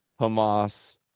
Hamas